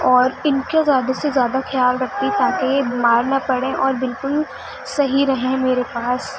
اور ان کا زیادہ سے زیادہ خیال رکھتی تاکہ یہ بیمار نہ پڑیں اور بالکل صحیح رہیں میرے پاس